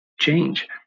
change